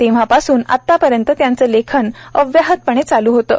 तेव्हापासून आतापर्यंत त्यांचं लेखन अव्याहतपणे चालू होतं